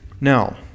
Now